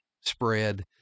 spread